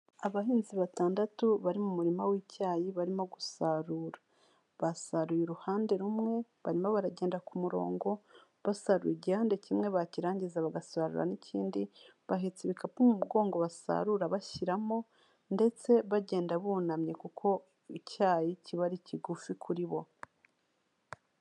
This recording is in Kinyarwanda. Abahinzi batandatu bari mu murima w'icyayi barimo gusarura, basaruye uruhande rumwe barimo baragenda ku murongo basarura igihande kimwe, bakirangiza bagasarura n'ikindi, bahetse ibikapu mu umugongo basarura bashyiramo, ndetse bagenda bunamye kuko icyayi kiba ari kigufi kuri bo.